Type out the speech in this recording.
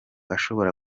ashobora